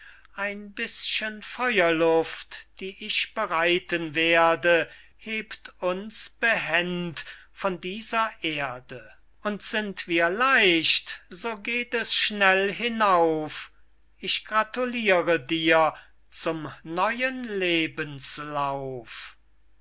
ein bißchen feuerluft die ich bereiten werde hebt uns behend von dieser erde und sind wir leicht so geht es schnell hinauf ich gratulire dir zum neuen lebenslauf